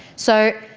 so